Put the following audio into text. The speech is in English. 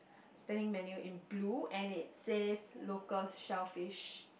standing menu in blue and it says local shellfish